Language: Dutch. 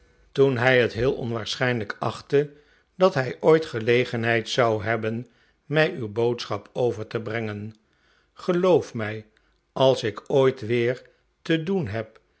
toen hij het heel onwaarschijnlijk achtte dat hij ooit gelegenheid zou hebben mij uw boodschap over te brengen geloof mij als ik ooit weer te doen heb